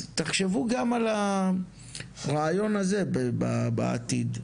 תחשבו גם על הרעיון הזה בעתיד.